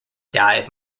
dive